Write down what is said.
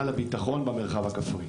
לביטחון פנים הוכיח